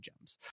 gems